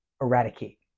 eradicate